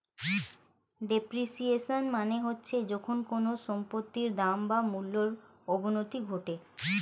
depreciation মানে হচ্ছে যখন কোনো সম্পত্তির দাম বা মূল্যর অবনতি ঘটে